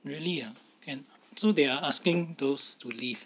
really ah and so they are asking those to leave